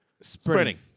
Spreading